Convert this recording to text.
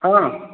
ହଁ